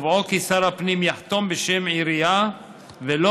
בקובעו כי שר הפנים יחתום בשם עירייה ולא